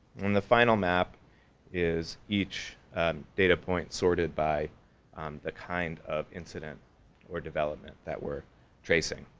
and the final map is each data point sorted by um the kind of incident or development that we're tracing.